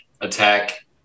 attack